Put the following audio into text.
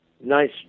nice